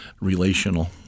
relational